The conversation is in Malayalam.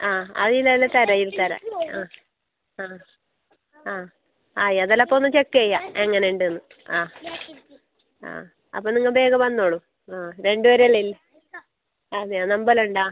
ആ അതിൽ നിന്നുതന്നെ തരാം ഇത് തരാം ആ ആ ആ ആയി അതെല്ലാം അപ്പോൽ ഒന്ന് ചെക്ക് ചെയ്യാം എങ്ങനെ ഉണ്ട് എന്ന് ആ ആ അപ്പോൾ നിങ്ങൾ വേഗം വന്നോളൂ ആ രണ്ട് പേരല്ലേ ഇൽ അതെയോ നമ്പർ ഉണ്ടോ